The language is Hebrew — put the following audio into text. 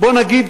בוא נגיד,